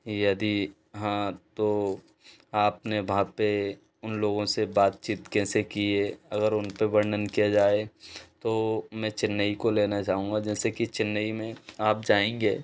यदि हाँ तो आप ने वहाँ पर उन लोगों से बातचीत कैसे किए अगर उन पर वर्णन किया जाए तो मैं चेन्नई को लेना चाहूँगा जैसे कि चेन्नई मे आप जाएंगे